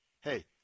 Hey